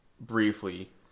briefly